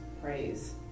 praise